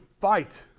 fight